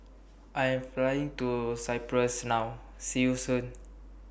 I Am Flying to Cyprus now See YOU Soon